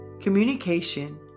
Communication